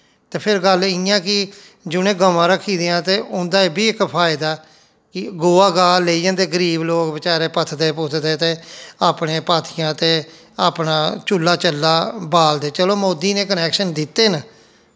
फिर गल्ल इ'यां कि जि'नें गवां रक्खी दियां ते इं'दा एह् बी इक फायदा ऐ कि गोआ गाह् लेई जंदे गरीब लोग बचैरे पत्थदे पुत्थे दे अपने पात्थियां ते अपना चूल्ला चल्ला बालदे चलो मोदी नै कनैक्शन दित्ते न